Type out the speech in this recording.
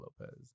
Lopez